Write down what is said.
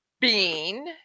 Bean